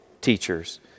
teachers